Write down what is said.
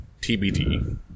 TBD